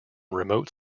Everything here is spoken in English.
remote